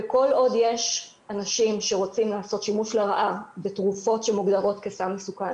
וכל עוד יש אנשים שרוצים לעשות שימוש לרעה בתרופות שמוגדרות כסם מסוכן